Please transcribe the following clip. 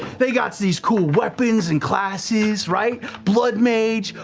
they gots these cool weapons and classes, right? blood mage,